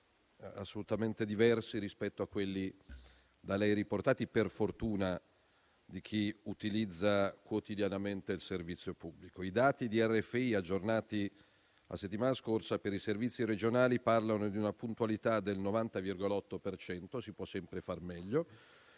assolutamente diversi rispetto a quelli da lei riportati, per fortuna di chi utilizza quotidianamente il servizio pubblico. I dati di RFI aggiornati alla settimana scorsa per i servizi regionali parlano di una puntualità del 90,8 per cento; si può sempre far meglio.